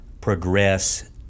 progress